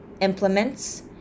implements